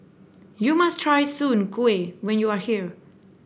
you must try Soon Kuih when you are here